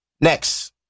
Next